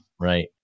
Right